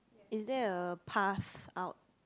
is there a path out